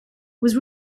was